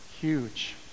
huge